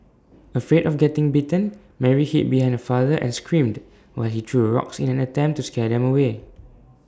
afraid of getting bitten Mary hid behind her father and screamed while he threw rocks in an attempt to scare them away